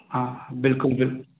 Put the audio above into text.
हा बिल्कुलु बिल्कुलु